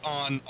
on